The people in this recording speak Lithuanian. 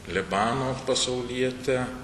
libano pasaulietę